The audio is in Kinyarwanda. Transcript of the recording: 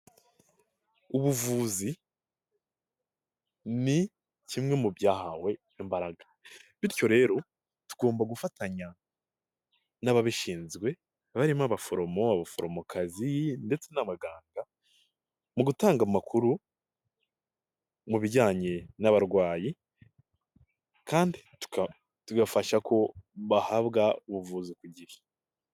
Ubuvuzi ni kimwe mu byahawe imbaraga, bityo rero tugomba gufatanya n'ababishinzwe barimo abaforomo, abaforomokazi ndetse n'abaganga mu gutanga amakuru mu bijyanye n'abarwayi kandi tugafasha ko bahabwa ubuvuzi ku gihe.